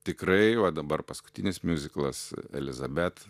tikrai va dabar paskutinis miuziklas elizabet